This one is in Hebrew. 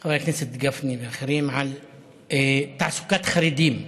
חברי חבר הכנסת גפני ואחרים, על תעסוקת חרדים.